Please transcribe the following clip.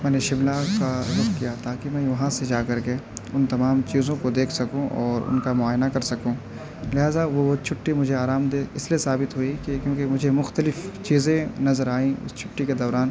میں نے شملہ کا رخ کیا تاکہ میں وہاں سے جا کر کے ان تمام چیزوں کو دیکھ سکوں اور ان کا معائنہ کر سکوں لہٰذا وہ چھٹّی مجھے آرامدہ اس لیے ثابت ہوئی کہ کیونکہ مجھے مختلف چیزیں نظر آئیں اس چھٹّی کے دوران